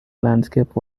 landscape